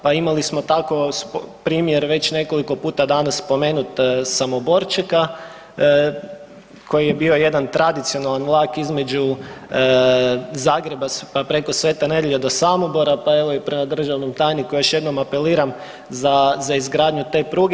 Pa imali smo tako primjer već nekoliko puta danas spomenut Samoborčeka koji je bio jedan tradicionalan vlak između Zagreba pa preko Svete Nedelje do Samobora, pa evo i prema državnom tajniku još jednom apeliram za izgradnju te pruge.